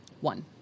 One